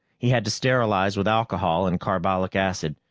he had to sterilize with alcohol and carbolic acid,